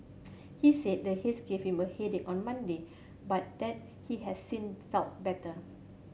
he said the haze gave him a headache on Monday but that he has since felt better